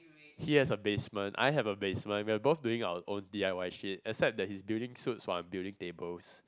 he has a basement I have a basement we are both doing our own D I Y shit except that he's building suits while I'm building tables